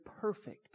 perfect